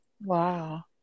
Wow